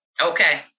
Okay